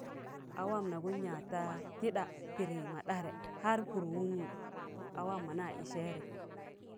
A wam na gan ya ta tida pidi mọ ɗarẹ har pụd wụgnụ a wam mọ na ɗum sẹẹri.